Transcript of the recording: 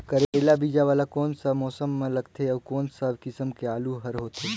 करेला बीजा वाला कोन सा मौसम म लगथे अउ कोन सा किसम के आलू हर होथे?